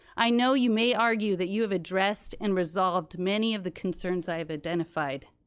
i know you may argue that you have addressed and resolved many of the concerns i've identified,